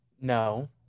No